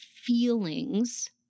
feelings